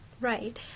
right